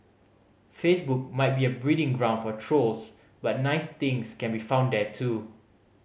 Facebook might be a breeding ground for trolls but nice things can be found there too